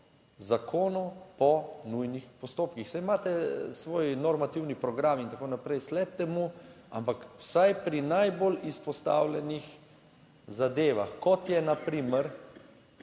zakonov po nujnih postopkih? Saj imate svoj normativni program in tako naprej, sledite mu. Ampak vsaj pri najbolj izpostavljenih zadevah, kot je na primer